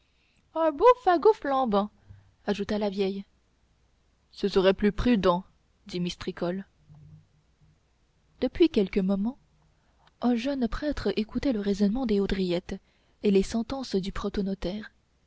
un beau fagot flambant ajouta la vieille cela serait plus prudent dit mistricolle depuis quelques moments un jeune prêtre écoutait le raisonnement des haudriettes et les sentences du